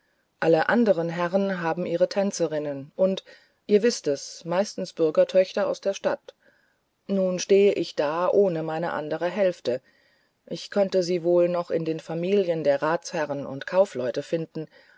alle anderen herren haben ihre tänzerinnen und ihr wißt es meistens bürgerstöchter aus der stadt nun steh ich da ohne meine andere hälfte ich könnte sie wohl noch in den familien der ratsherren und kaufleute finden